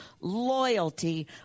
loyalty